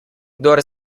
kdor